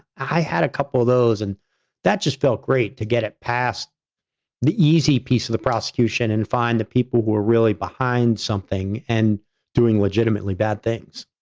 i had a couple of those. and that just felt great to get it past the easy piece of the prosecution and find the people who were really behind something and doing legitimately bad things.